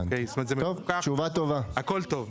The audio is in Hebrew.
כלומר, זה מפוקח והכל טוב.